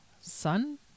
sun